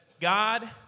God